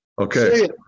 okay